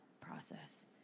process